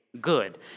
good